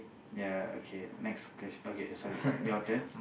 ya okay next question okay sorry your turn